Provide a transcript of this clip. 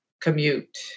commute